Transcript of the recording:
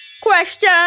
Question